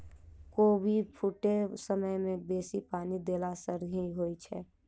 कोबी फूटै समय मे बेसी पानि देला सऽ की होइ छै?